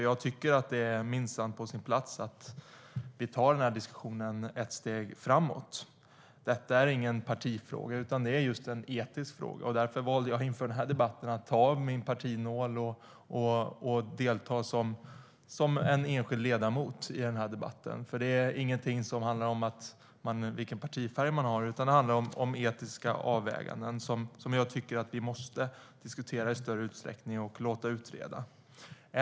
Jag tycker nämligen att det är på sin plats att vi tar denna diskussion ett steg framåt. Detta är ingen partifråga, utan det är just en etisk fråga. Därför valde jag inför denna debatt att ta av min partinål och delta som en enskild ledamot i denna debatt. Detta är ingenting som handlar om vilken partifärg man har, utan det handlar om etiska avväganden och som jag tycker att vi måste diskutera i större utsträckning och låta utreda.